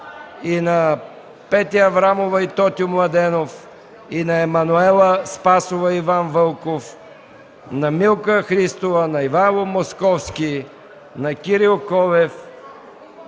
на Петя Аврамова и Тотю Младенов, на Емануела Спасова и Иван Вълков, на Милка Христова, на Ивайло Московски, на Кирил Колев